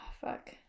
fuck